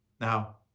Now